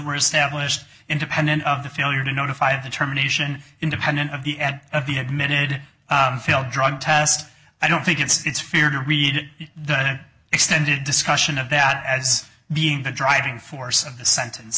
established independent of the failure to notify the term nation independent of the end of the admitted failed drug test i don't think it's fair to read an extended discussion of that as being the driving force of the sentence